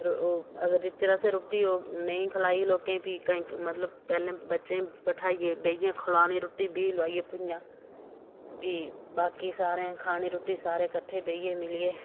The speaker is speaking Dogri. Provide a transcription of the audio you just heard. अगर जिच्चर असें रुट्टी नेईं खाद्धी खलाई लोकें गी पैह्लें बच्चें गी बैठाइयै खलानी बीह् लुआइयै खल्लानी रुट्टी भी बाकी सारें खानी रुट्टी सारें कट्ठे बेहियै